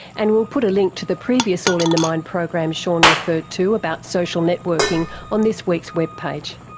and we'll put a link to the previous all in the mind program sean referred to about social networking on this week's webpage.